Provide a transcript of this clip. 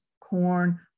corn